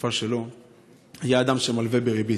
ובתקופה שלו היה אדם שמלווה בריבית.